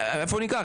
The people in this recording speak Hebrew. איפה אני אקח,